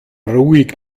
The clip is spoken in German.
ruhig